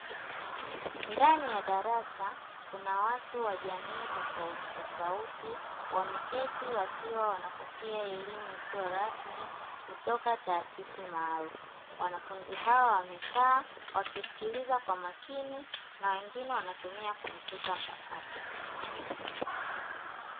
Ndani ya darasa kuna watu wa jamii tofautitofauti, wameketi wakiwa wanapokea elimu isiyo rasmi kutoka taasisi maalumu. Wanafunzi hawa wamekaa wakisikiliza kwa makini na wengine wanatumia kompyuta mpakato.